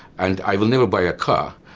and i will never buy a car,